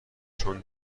چون